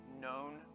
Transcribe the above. known